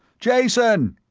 jason!